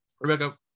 Rebecca